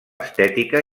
estètica